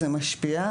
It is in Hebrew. זה משפיע,